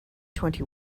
twenty